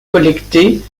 collectés